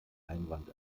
einwand